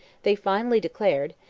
they finally declared,